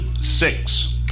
six